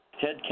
Ted